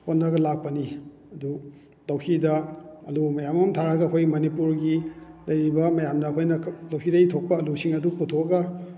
ꯍꯣꯠꯅꯔꯒ ꯂꯥꯛꯄꯅꯤ ꯑꯗꯨ ꯇꯧꯁꯤꯗ ꯑꯂꯨ ꯃꯌꯥꯝ ꯑꯃ ꯊꯥꯔꯒ ꯑꯩꯈꯣꯏ ꯃꯅꯤꯄꯨꯔꯒꯤ ꯂꯩꯔꯤꯕ ꯃꯌꯥꯝꯗ ꯑꯩꯈꯣꯏꯅ ꯂꯧꯁꯤꯗꯩ ꯊꯣꯛꯄ ꯑꯂꯨꯁꯤꯡ ꯑꯗꯨ ꯄꯨꯊꯣꯛꯑꯒ